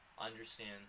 understand